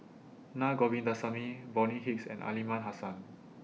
Naa Govindasamy Bonny Hicks and Aliman Hassan